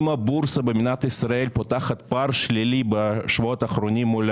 אם הבורסה במדינת ישראל פותחת פער שלילי בשבועות האחרונות מול